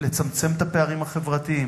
לצמצם את הפערים החברתיים,